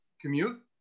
commute